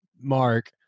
Mark